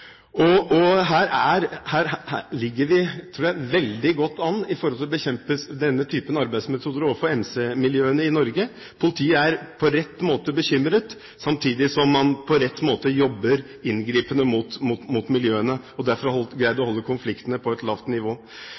Her ligger vi – tror jeg – veldig godt an i forhold til å bekjempe denne typen arbeidsmetoder overfor MC-miljøene i Norge. Politiet er på rett måte bekymret, samtidig som man på rett måte jobber inngripende mot miljøene, og derfor har man klart å holde konfliktene på et lavt nivå.